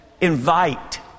invite